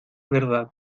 verdad